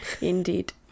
Indeed